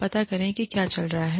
पता करें कि क्या चल रहा है